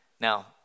Now